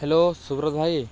hello Subrata ଭାଇ